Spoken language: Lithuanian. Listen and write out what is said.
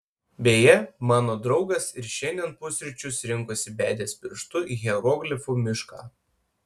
beje mano draugas ir šiandien pusryčius rinkosi bedęs pirštu į hieroglifų mišką